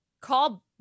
call –